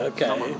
Okay